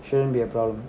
shouldn't be a problem